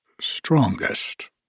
strongest